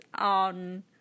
on